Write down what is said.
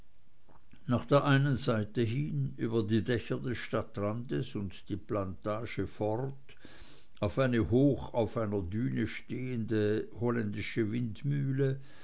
nach der einen seite hin über die dächer des stadtrandes und die plantage fort auf eine hoch auf einer düne stehende holländische windmühle